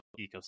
ecosystem